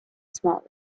smaller